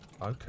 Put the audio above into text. Okay